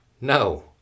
No